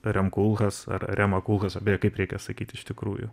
rem koolhaas ar remą kulhasą kaip reikia sakyt iš tikrųjų